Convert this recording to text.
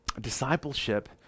Discipleship